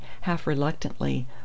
half-reluctantly